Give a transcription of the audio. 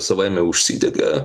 savaime užsidega